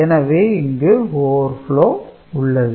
எனவே இங்கு Overflow உள்ளது